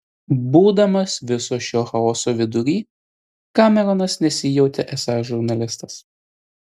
būdamas viso šio chaoso vidury kameronas nesijautė esąs žurnalistas